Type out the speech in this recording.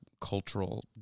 cultural